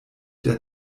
der